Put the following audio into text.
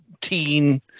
teen